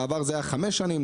בעבר זה היה חמש שנים,